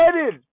added